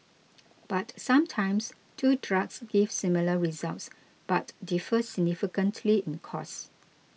but sometimes two drugs give similar results but differ significantly in costs